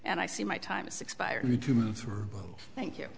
and i see my time is expired thank you